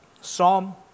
Psalm